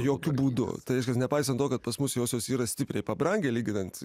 jokiu būdu tai reiškias nepaisant to kad pas mus josios yra stipriai pabrangę lyginant